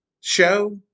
show